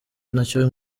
nacyo